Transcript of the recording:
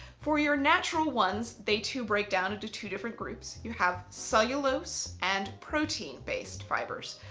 for your natural ones, they too break down into two different groups. you have cellulose and protein-based fibres.